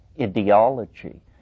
ideology